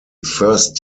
first